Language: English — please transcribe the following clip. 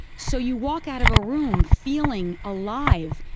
so you walk out of a room feeling alive,